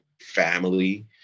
family